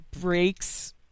breaks